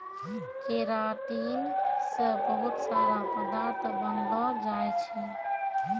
keratin से बहुत सारा पदार्थ बनलो जाय छै